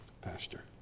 pastor